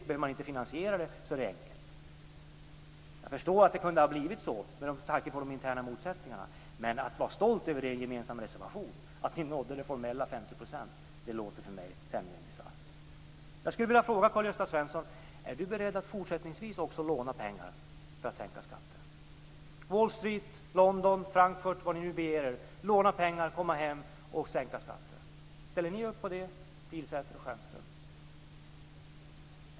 Behöver man inte finansiera det är det enkelt. Jag förstår att det kunde ha blivit så med tanke på de interna motsättningarna. Att i en gemensam reservation vara stolt över att ni nådde en formell skattekvot på 50 % låter för mig tämligen bisarrt. Jag skulle vilja fråga Karl-Gösta Svenson om han är beredd att också fortsättningsvis låna pengar för att sänka skatten. Är ni beredda att bege er till Wall Street, London eller Frankfurt, låna pengar, komma hem och sänka skatten? Ställer ni upp på det, Pilsäter och Stjernström?